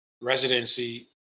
residency